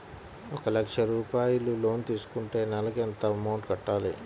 ఒక లక్ష రూపాయిలు లోన్ తీసుకుంటే నెలకి ఎంత అమౌంట్ కట్టాలి?